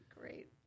great